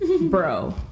bro